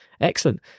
Excellent